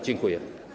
Dziękuję.